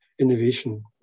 innovation